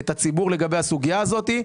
את הציבור לגבי הסוגייה הזאת,